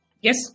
Yes